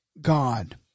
God